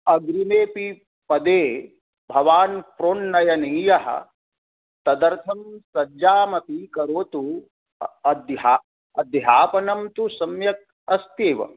अग्रिमेऽपि पदे भवान् प्रोन्नयनीयः तदर्थं सज्जामपि करोतु अध्या अध्यापनं तु सम्यक् अस्ति एव